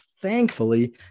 thankfully